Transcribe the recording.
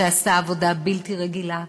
שעשה עבודה בלתי רגילה,